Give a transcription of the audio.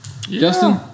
Justin